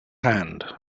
hand